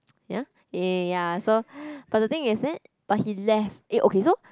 ya eh ya so but the thing is then but he left eh okay so